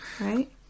right